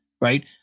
right